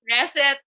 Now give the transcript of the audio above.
reset